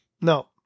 No